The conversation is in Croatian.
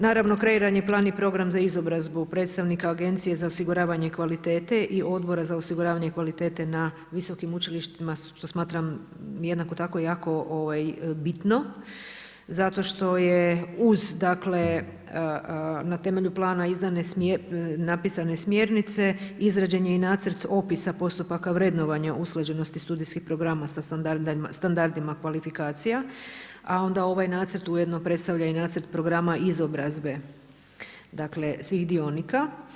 Naravno kreiran je plan i program za izobrazbu predstavnika Agencije za osiguravanje kvalitete i Odbora za osiguravanje i kvalitete na viskom ulištima što smatram jednako tako jako bitno zato što je na temelju plana napisane smjernice izrađen i nacrt opisa postupaka vrednovanja usklađenosti studijskih programa sa standardima kvalifikacija a onda ovaj nacrt ujedno predstavlja i nacrt izobrazbe svih dionika.